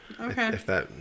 Okay